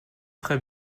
très